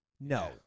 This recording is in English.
No